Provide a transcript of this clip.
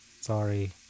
Sorry